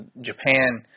Japan